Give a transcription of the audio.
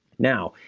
now,